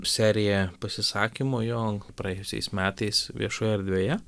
serija pasisakymų jo praėjusiais metais viešoje erdvėje